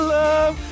love